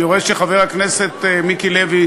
אני רואה שחבר הכנסת מיקי לוי